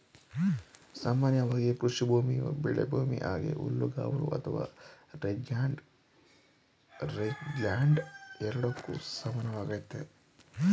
ಸಾಮಾನ್ಯವಾಗಿ ಕೃಷಿಭೂಮಿಯು ಬೆಳೆಭೂಮಿ ಹಾಗೆ ಹುಲ್ಲುಗಾವಲು ಅಥವಾ ರೇಂಜ್ಲ್ಯಾಂಡ್ ಎರಡಕ್ಕೂ ಸಮಾನವಾಗೈತೆ